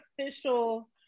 official